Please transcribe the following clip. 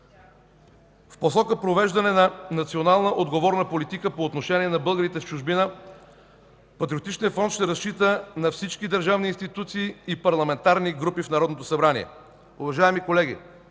В посока провеждане на национална отговорна политика по отношение на българите в чужбина, Патриотичният фронт ще разчита на всички държавни институции и парламентарни групи в Народното събрание. Уважаеми колеги,